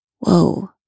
whoa